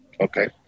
okay